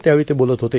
त्यावेळी ते बोलत होते